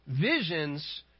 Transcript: Visions